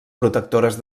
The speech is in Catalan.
protectores